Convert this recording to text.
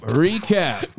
recap